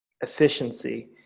efficiency